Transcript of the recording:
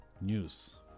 news